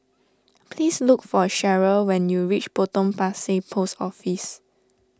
please look for Cherryl when you reach Potong Pasir Post Office